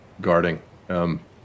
guarding